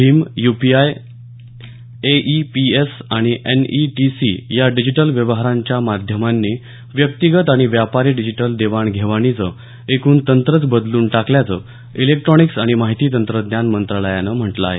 Bhim UPI AEPS आणि NETC या digital व्यवहारांच्या माध्यमांनी व्यक्तीगत आणि व्यापारी डिजिटल देवाण घेवाणीचं एकूण तंत्रच बदलून टाकल्याचं इलेक्ट्रॉनिक्स आणि माहिती तंत्रज्ञान मंत्रालयानं म्हटलं आहे